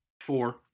Four